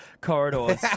corridors